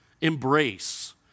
embrace